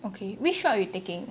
okay which route you taking